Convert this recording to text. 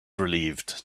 relieved